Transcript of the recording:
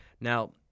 Now